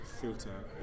filter